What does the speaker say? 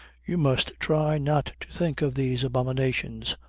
you must try not to think of these abominations,